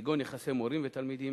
כגון יחסי מורים ותלמידים,